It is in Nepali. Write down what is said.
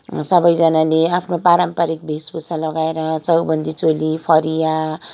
सबैजनाले आफ्नो पारम्पारिक वेशभूषा लगाएर चौबन्दी चोली फरिया